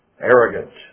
arrogant